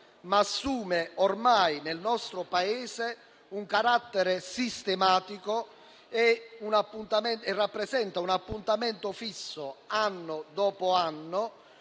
ma assume ormai nel nostro Paese un carattere sistematico ed un appuntamento fisso, anno dopo anno,